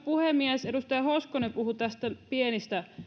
puhemies edustaja hoskonen puhui pienistä